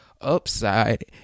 upside